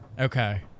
Okay